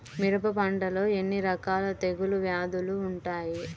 మిరప పంటలో ఎన్ని రకాల తెగులు వ్యాధులు వుంటాయి?